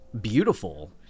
Beautiful